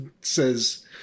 says